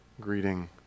greeting